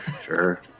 sure